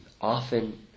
often